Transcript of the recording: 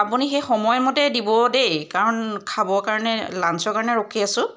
আপুনি সেই সময়মতে দিব দেই কাৰণ খাবৰ কাৰণে লাঞ্চৰ কাৰণে ৰখি আছোঁ